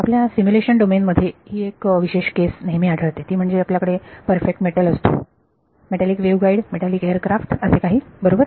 आपल्या simulation domain मध्ये ही एक विशेष केस नेहमी आढळते ती म्हणजे आपल्याकडे परफेक्ट मेटल असतो मेटॅलिक वेव्हगाईड मेटॅलिक एअरक्राफ्ट असे काही बरोबर